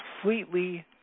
completely